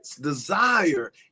desire